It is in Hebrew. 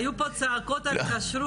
היו פה צעקות על כשרות,